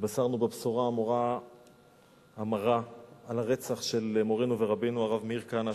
נתבשרנו בבשורה המרה על הרצח של מורנו ורבנו מאיר כהנא,